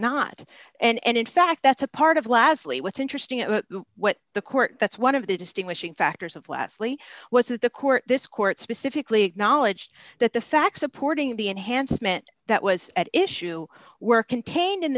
not and in fact that's a part of lastly what's interesting what the court that's one of the distinguishing factors of leslie was that the court this court specifically acknowledged that the facts supporting the enhancement that was at issue were contained in